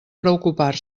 preocupar